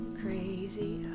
crazy